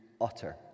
utter